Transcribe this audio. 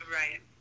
right